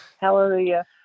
Hallelujah